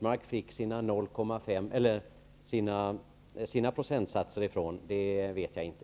Varifrån Karl-Göran Biörsmark fick sina procentsatser vet jag inte.